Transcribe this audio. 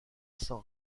san